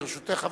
ברשותך,